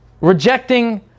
rejecting